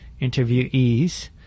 interviewees